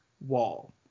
wall